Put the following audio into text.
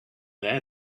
there